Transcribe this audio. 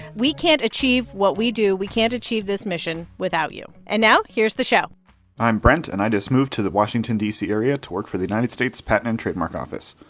we can't achieve what we do, we can't achieve this mission without you. and now here's the show i'm brent, and i just moved to the washington, d c, area to work for the united states patent and trademark office.